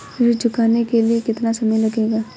ऋण चुकाने के लिए कितना समय मिलेगा?